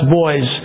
boys